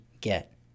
get